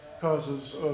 causes